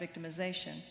victimization